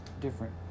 different